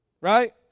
right